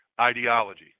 ideology